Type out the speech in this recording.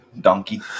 Donkey